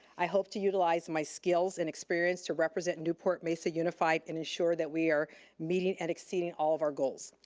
i hope to utilize my skills and experience to represent newport-mesa unified and ensure that we are meeting and exceeding all of our goals.